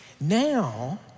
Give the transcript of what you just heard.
Now